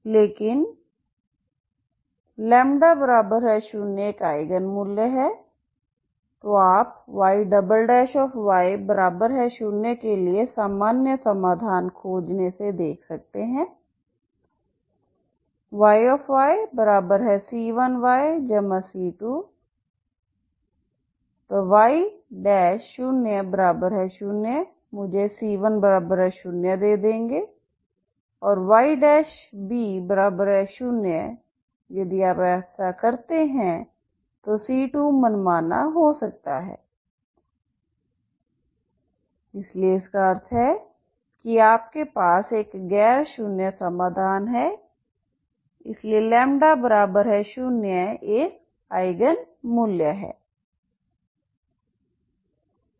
लेकिन λ 0 एक आईगन मूल्य है तो आप Yy0 के लिए सामान्य समाधान खोजने से देख सकते है Yyc1yc2 तो Y00 मुझे c10 दे देंगे अब Yb0 यदि आप ऐसा करते हैं तो c2 मनमाना हो सकता है इसलिए इसका अर्थ है कि आपके पास एक गैर शून्य समाधान है इसलिए λ0 एक आईगन मूल्य है